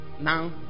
now